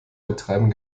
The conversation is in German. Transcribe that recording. betreiben